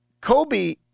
Kobe